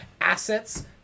assets